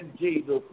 Jesus